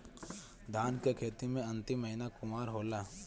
धान के खेती मे अन्तिम महीना कुवार होला?